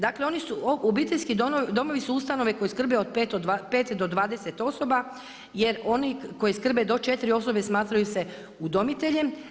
Dakle, oni su, obiteljski domovi su ustanove koje skrbe od 5 do 20 osoba, jer oni koji skrbe do 4 osobe smatraju se udomiteljem.